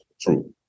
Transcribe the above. true